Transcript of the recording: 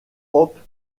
hope